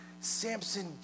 Samson